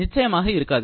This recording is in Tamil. நிச்சயமாக இருக்காது